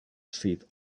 seed